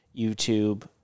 YouTube